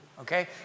okay